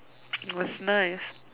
it was nice